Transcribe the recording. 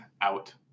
out